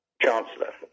Chancellor